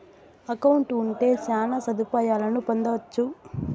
account ఉంటే శ్యాన సదుపాయాలను పొందొచ్చు